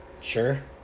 Sure